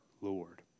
Lord